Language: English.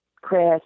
Chris